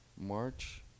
March